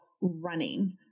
running